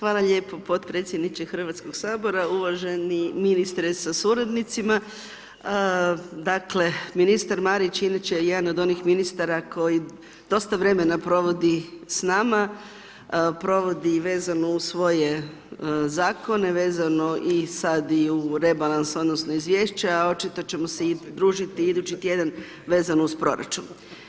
Hvala lijepo podpredsjedniče Hrvatskog sabor, uvaženi ministre sa suradnicima, dakle ministar Marić, inače je jedan od onih ministara koji dosta vremena provodi s nama, provodi vezano uz svoje zakone vezano i sad i u rebalans odnosno izvješća a očito ćemo se i družiti idući tjedan vezano uz proračun.